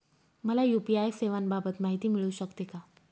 मला यू.पी.आय सेवांबाबत माहिती मिळू शकते का?